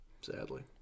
Sadly